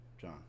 John